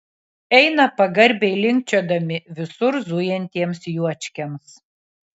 eina pagarbiai linkčiodami visur zujantiems juočkiams